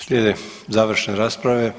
Slijede završne rasprave.